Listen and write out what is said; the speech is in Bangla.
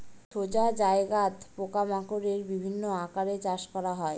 সোজা জায়গাত পোকা মাকড়ের বিভিন্ন আকারে চাষ করা হয়